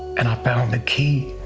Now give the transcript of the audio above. and i found the key